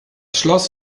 schloss